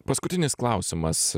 paskutinis klausimas